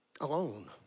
alone